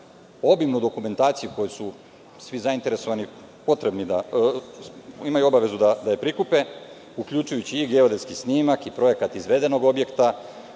obimnu dokumentaciju koju svi zainteresovani imaju potrebu da prikupe, uključujući i geodetski snimak, projekat izvedenog objekta,